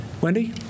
Wendy